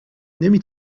نمی